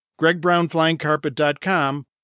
gregbrownflyingcarpet.com